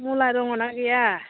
मुला दङना गैया